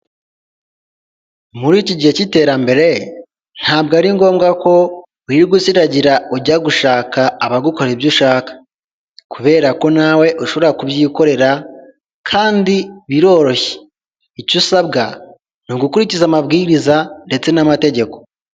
Muri iki gihe cy'iterambere ntabwo ari ngombwa ko wirirwa usiragira ujya gushaka abagukorera ibyo ushaka kubera ko nawe ushobora kubyikorera kandi biroroshye. Icyo usabwa ni ugukurikiza amabwiriza ndetse n'amategeko.